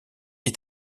est